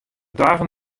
dagen